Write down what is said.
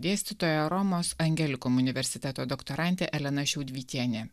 dėstytojo romos angeliuko universiteto doktorantė elena šiaudvytienė